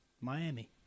Miami